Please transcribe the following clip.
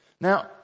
Now